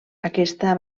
aquesta